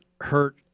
hurt